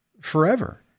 forever